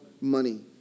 money